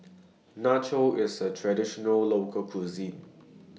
Nachos IS A Traditional Local Cuisine